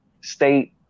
state